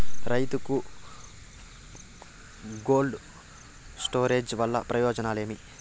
రైతుకు cold storage వల్ల ప్రయోజనం ఏమి?